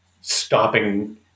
stopping